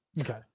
okay